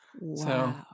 Wow